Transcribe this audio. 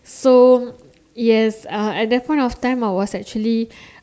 so yes uh at that point of time I was actually